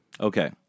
Okay